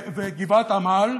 וגבעת עמל.